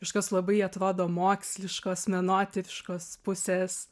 kažkokios labai atrodo moksliškos menotyriškos pusės